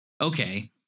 Okay